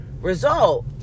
result